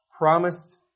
promised